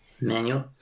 Manual